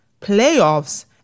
playoffs